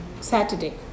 Saturday